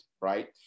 right